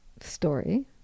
story